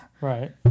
Right